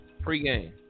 Pre-game